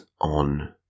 on